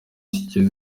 kigeze